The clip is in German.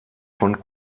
von